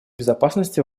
безопасности